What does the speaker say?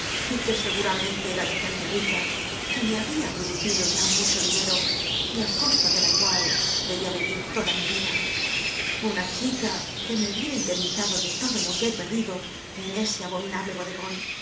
y que seguramente era de gente rica que me habia producido ya mucho dinero y á costa de la cual debia vivir toda mi vida una chica que me hubiera indemnizado de todo lo que he perdido en ese abominable bodegon